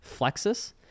flexus